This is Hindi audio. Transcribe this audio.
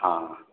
हाँ